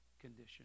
condition